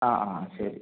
ആ ആ ശരി